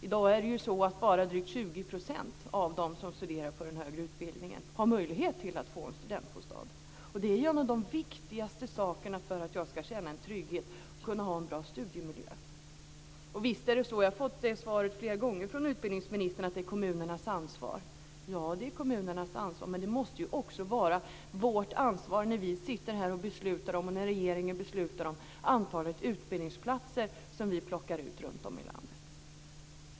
I dag har bara drygt 20 % av dem som studerar på den högre utbildningen möjlighet att få en studentbostad. Det är ju en av de viktigaste sakerna för att man ska känna trygghet och kunna ha en bra studiemiljö. Jag har fått det svaret flera gånger från utbildningsministern att det är kommunernas ansvar. Ja, det är kommunernas ansvar, men det måste ju också vara vårt ansvar när riksdag och regering beslutar om antalet utbildningsplatser runtom i landet.